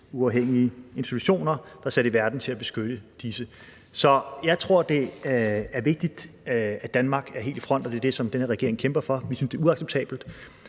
uafhængige institutioner, der er sat i verden til at beskytte disse. Så jeg tror, det er vigtigt, at Danmark er helt i front, og det er det, som den her regering kæmper for. Vi synes, det er uacceptabelt.